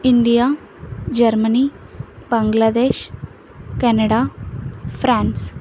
India Germany Bangladesh Canada France